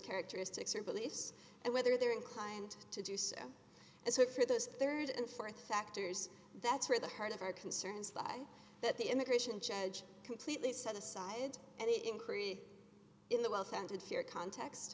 characteristics or beliefs and whether they're inclined to do so and so for the rd and th factors that's where the heart of our concerns lie that the immigration judge completely set aside any increase in the well founded fear context